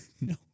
No